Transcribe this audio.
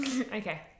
Okay